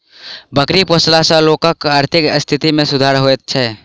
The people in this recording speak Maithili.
बकरी पोसला सॅ लोकक आर्थिक स्थिति मे सुधार होइत छै